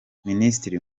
minisitiri